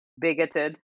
bigoted